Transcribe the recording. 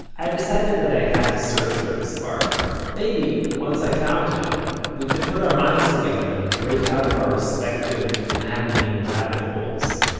i decided that i had to search for this barber. maybe, once i found him, we could put our minds together and break out of our respective maddening, rabbit holes